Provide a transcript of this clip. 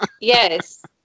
Yes